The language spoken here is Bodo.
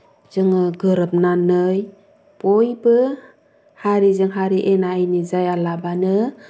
जोङो गोरोबनानै बयबो हारिजों हारि एना एनि जायालाबानो